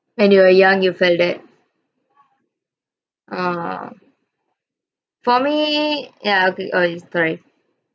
when you are young you felt that ah for me ya okay sorry